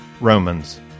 Romans